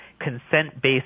consent-based